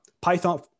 python